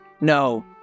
No